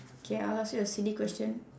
K I'll ask you a silly question